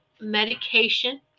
medication